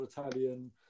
Italian